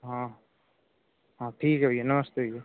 हाँ हाँ ठीक है भैया नमस्ते भैया